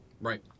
Right